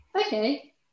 okay